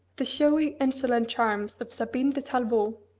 the showy insolent charms of sabine de tallevaut,